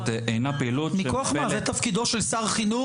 זה תפקידו של שר החינוך?